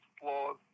flaws